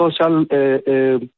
social